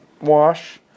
wash